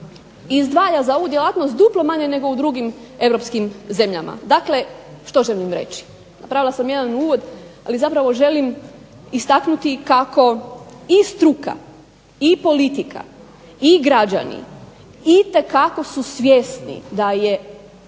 izdvaja za ovu djelatnost duplo manje nego u drugim europskim zemljama. Dakle, što želim reći? Napravila sam jedan uvod, ali zapravo želim istaknuti kako i struka i politika i građani itekako su svjesni da je